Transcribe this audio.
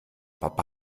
papa